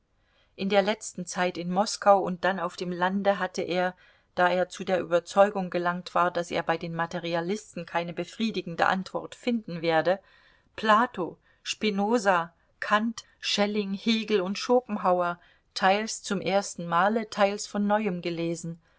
in der letzten zeit in moskau und dann auf dem lande hatte er da er zu der überzeugung gelangt war daß er bei den materialisten keine befriedigende antwort finden werde plato spinoza kant schelling hegel und schopenhauer teils zum ersten male teils von neuem gelesen